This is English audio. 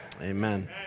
Amen